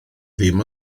ddim